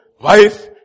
wife